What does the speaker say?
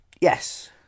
Yes